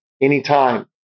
anytime